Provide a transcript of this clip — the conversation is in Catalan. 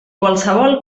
qualsevol